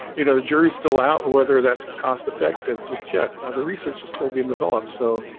you know the jury's still out whether that's cost-effective just yet the researchers still being developed so